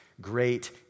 great